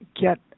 get